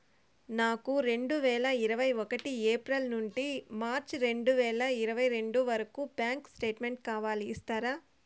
నాకు రెండు వేల ఇరవై ఒకటి ఏప్రిల్ నుండి మార్చ్ రెండు వేల ఇరవై రెండు వరకు బ్యాంకు స్టేట్మెంట్ కావాలి ఇస్తారా